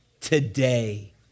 today